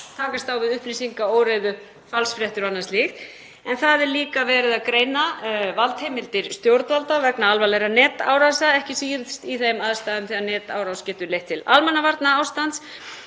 takast á við upplýsingaóreiðu, falsfréttir og annað slíkt. En það er líka verið að greina valdheimildir stjórnvalda vegna alvarlegra netárása, ekki síst í þeim aðstæðum þegar netárás getur leitt til almannavarnaástands